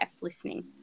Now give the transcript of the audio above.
listening